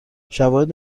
شواهد